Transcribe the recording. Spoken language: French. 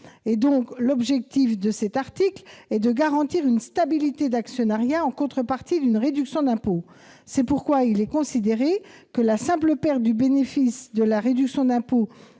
code général des impôts est de garantir une stabilité d'actionnariat en contrepartie d'une réduction d'impôt. Il est considéré que la simple perte du bénéfice de la réduction d'impôt